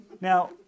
Now